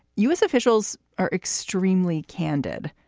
u s. officials are extremely candid,